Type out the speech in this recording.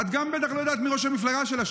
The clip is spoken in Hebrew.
את גם בטח לא יודעת מי ראש המפלגה שלך,